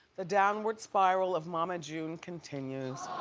the downward spiral of mama june continues.